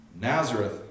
Nazareth